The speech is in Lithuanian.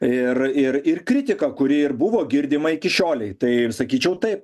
ir ir ir kritika kuri ir buvo girdima iki šiolei tai ir sakyčiau taip